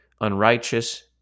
unrighteous